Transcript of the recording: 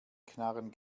knarren